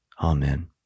Amen